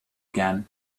again